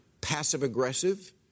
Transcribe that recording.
passive-aggressive